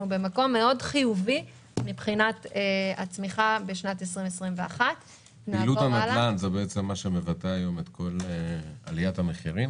אנחנו במקום חיובי מאוד מבחינת הצמיחה בשנת 2021. פעילות הנדל"ן בעצם מבטאת היום את כל עליית המחירים?